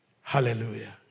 Hallelujah